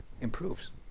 improves